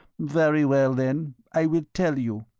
very well, then, i will tell you,